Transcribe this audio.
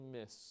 miss